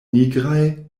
nigraj